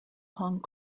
hong